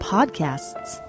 Podcasts